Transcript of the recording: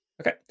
Okay